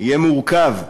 יהיה מורכב חברים,